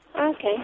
Okay